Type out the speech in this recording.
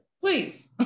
please